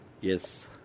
Yes